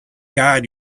god